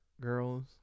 girls